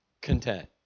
content